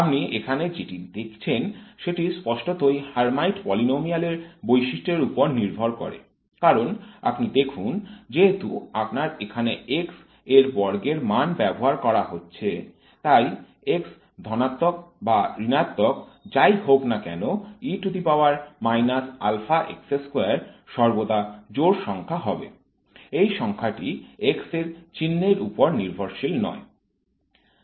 আপনি এখানে যেটি দেখছেন সেটি স্পষ্টতই হার্মাইট পলিনোমিয়াল এর বৈশিষ্ট্যের উপর নির্ভর করে কারণ আপনি দেখুন যেহেতু আপনার এখানে x এর বর্গের মান ব্যবহার করা হচ্ছে তাই x ধনাত্মক বা ঋণাত্মক যাই হোক না কেন সর্বদা জোড় সংখ্যা হবে এই সংখ্যাটি x এর চিহ্নের উপর নির্ভরশীল নয়